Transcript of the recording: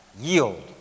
yield